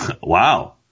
wow